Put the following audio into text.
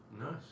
Nice